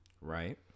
Right